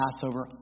Passover